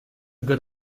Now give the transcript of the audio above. good